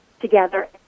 together